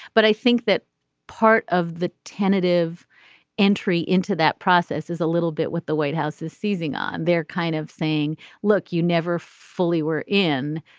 but i think that part of the tentative entry into that process is a little bit with the white house is seizing on they're kind of saying look you never fully were in.